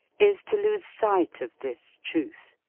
is to lose sight of this truth.